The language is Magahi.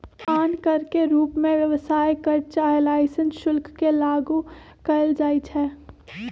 आन कर के रूप में व्यवसाय कर चाहे लाइसेंस शुल्क के लागू कएल जाइछै